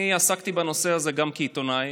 אני עסקתי בנושא הזה גם כעיתונאי.